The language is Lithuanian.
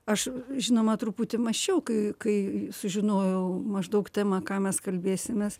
aš žinoma truputį mąsčiau kai kai sužinojau maždaug temą ką mes kalbėsimės